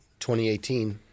2018